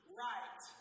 right